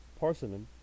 Parsonen